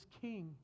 king